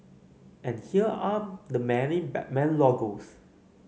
and here are the many Batman logos